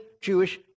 Jewish